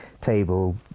table